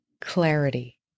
clarity